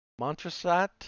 Montresat